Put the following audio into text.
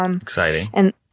Exciting